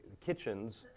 kitchens